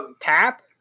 tap